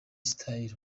style